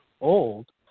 old